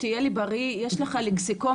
שתהיה לי בריא יש לך לקסיקון,